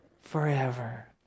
Forever